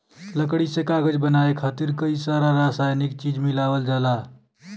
लकड़ी से कागज बनाये खातिर कई सारा रासायनिक चीज मिलावल जाला